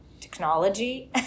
technology